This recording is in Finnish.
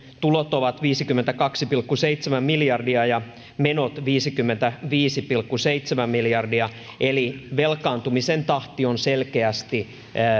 tulot ovat viisikymmentäkaksi pilkku seitsemän miljardia ja menot viisikymmentäviisi pilkku seitsemän miljardia eli velkaantumisen tahti on selkeästi